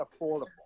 affordable